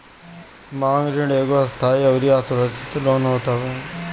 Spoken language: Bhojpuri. मांग ऋण एगो अस्थाई अउरी असुरक्षित लोन होत हवे